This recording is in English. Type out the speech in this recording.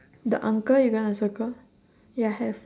the uncle you want to circle ya have